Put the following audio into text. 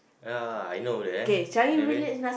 ya I know there